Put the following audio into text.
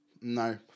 No